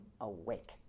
awake